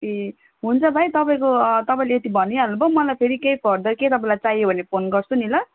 ए हुन्छ भाइ तपाईँको तपाईँले यति भनिहाल्नुभयो मलाई फेरि केही फर्दर केही तपाईँलाई चाहियो भने फोन गर्छु नि ल